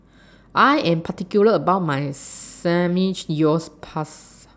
I Am particular about My yours Pass